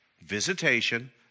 visitation